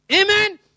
Amen